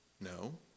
No